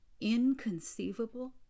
inconceivable